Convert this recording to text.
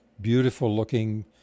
beautiful-looking